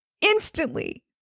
instantly